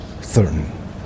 certain